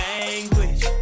language